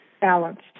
Balanced